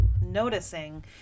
noticing